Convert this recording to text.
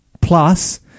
Plus